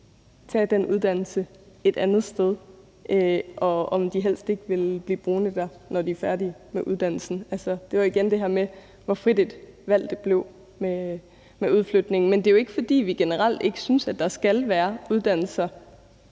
tage den uddannelse et andet sted, og om de helst ikke vil blive boende der, når de er færdige med uddannelsen. Altså, det er jo igen det her med, hvor frit et valg det blev med udflytningen. Men det er jo ikke, fordi vi generelt ikke synes, der skal være uddannelser